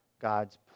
God's